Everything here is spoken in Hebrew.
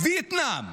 וייטנאם.